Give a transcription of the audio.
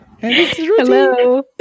Hello